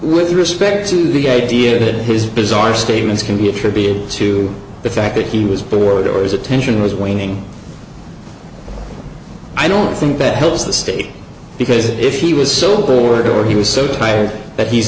with respect to the idea that his bizarre statements can be attributed to the fact that he was bored or his attention was waning i don't think that helps the state because if he was so bored or he was so tired that he's